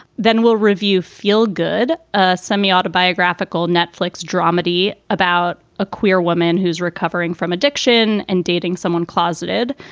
then we'll review feel good ah semi-autobiographical netflix dramedy about a queer woman who's recovering from addiction and dating someone closeted.